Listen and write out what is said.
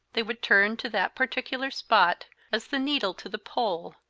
they would turn to that particular spot, as the needle to the pole,